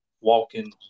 walking